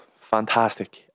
fantastic